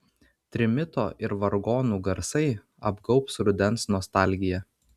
trimito ir vargonų garsai apgaubs rudens nostalgija